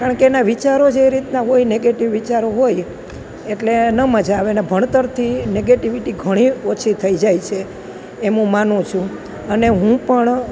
કારણ કે એના વિચારો જે રીતના હોય નેગેટિવ વિચારો હોય એટલે ન મજા આવે ને ભણતરથી નેગેટિવિટી ઘણી ઓછી થઈ જાય છે એમ હું માનું છું અને હું પણ